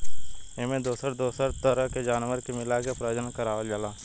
एमें दोसर दोसर तरह के जानवर के मिलाके प्रजनन करवावल जाला